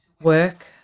work